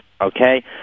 okay